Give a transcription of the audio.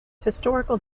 historical